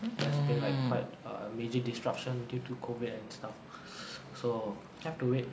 there's been like quite err major disruption due to COVID and stuff so have to wait